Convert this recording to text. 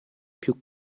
più